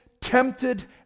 tempted